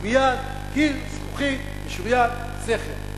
מייד קיר זכוכית משוריין, סכר.